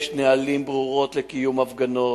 יש להם נהלים ברורים לקיום הפגנות.